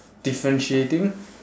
differentiating